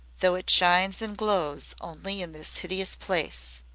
though it shines and glows only in this hideous place.